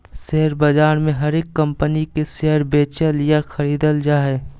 share बाजार मे हरेक कम्पनी के शेयर बेचल या खरीदल जा हय